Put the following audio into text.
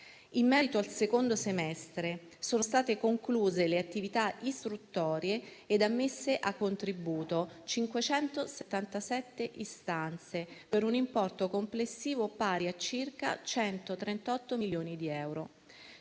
In merito al secondo semestre, sono state concluse le attività istruttorie e ammesse a contributo 577 istanze, per un importo complessivo pari a circa 138 milioni di euro.